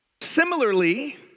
Similarly